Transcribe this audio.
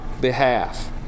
behalf